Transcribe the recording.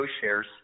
shares